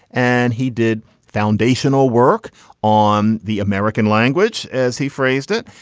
and he did foundational work on the american language, as he phrased it.